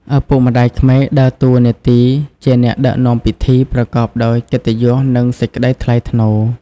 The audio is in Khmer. ឪពុកម្ដាយក្មេក ដើរតួនាទីជា អ្នកដឹកនាំពិធី ប្រកបដោយកិត្តិយស និងសេចក្តីថ្លៃថ្នូរ។